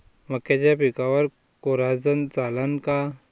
मक्याच्या पिकावर कोराजेन चालन का?